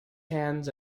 hands